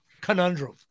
conundrum